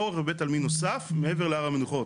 צורך בבית עלמין נוסף מעבר להר המנוחות.